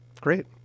Great